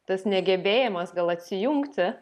tas negebėjimas gal atsijungti